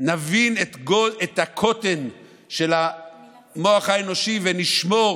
נבין את הקוטן של המוח האנושי, ונשמור,